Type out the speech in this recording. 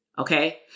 Okay